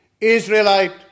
Israelite